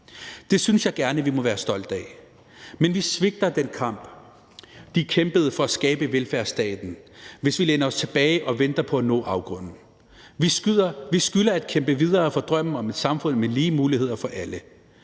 Det synes jeg gerne vi må være stolte af. Men vi svigter den kamp, de kæmpede for at skabe velfærdsstaten, hvis vi læner os tilbage og venter på at nå afgrunden. Vi skylder at kæmpe videre for drømmen om et samfund med lige muligheder for alle.